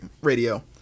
radio